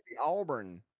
Auburn